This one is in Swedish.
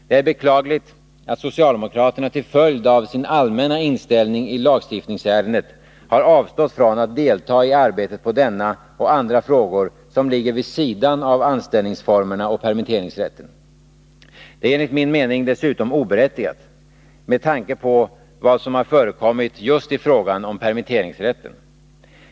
Det är beklagligt att socialdemokraterna till följd av sin allmänna inställning i lagstiftningsärendet har avstått från att delta i arbetet på denna och andra frågor som ligger vid sidan av anställningsformerna och permitteringsrätten. Det är enligt min mening dessutom oberättigat, med tanke på vad som har förekommit just i frågan om permitteringsrätten.